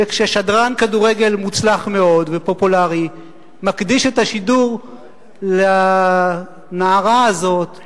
וכששדרן כדורגל מוצלח מאוד ופופולרי מקדיש את השידור לנערה הזאת,